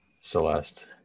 Celeste